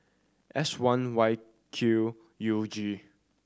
S one Y Q U G